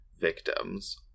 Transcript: victims